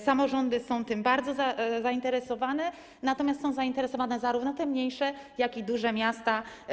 Samorządy są tym bardzo zainteresowane, natomiast są zainteresowane zarówno te mniejsze, jak i duże miasta.